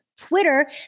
Twitter